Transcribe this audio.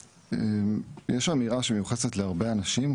יש אמירה שמיוחסת להרבה אנשים,